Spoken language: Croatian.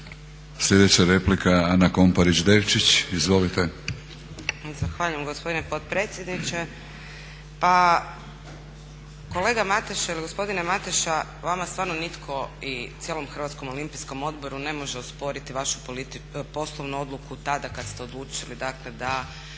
Devčić. Izvolite. **Komparić Devčić, Ana (SDP)** Zahvaljujem gospodine potpredsjedniče. Pa kolega Mateša ili gospodine Mateša vama stvarno nitko i cijelom HOO-u ne može osporiti vašu poslovnu odluku tada kad ste odlučili dakle